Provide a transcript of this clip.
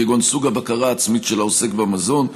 כגון סוג הבקרה העצמית של העוסק במזון,